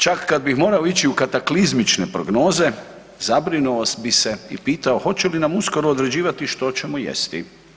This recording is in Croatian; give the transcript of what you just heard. Čak kada bih morao ići u kataklizmičke prognoze zabrinuo bih se i pitao, hoće li nam uskoro određivati što ćemo jesti?